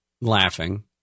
Laughing